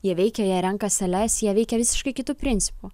jie veikia jie renka sales jie veikia visiškai kitu principu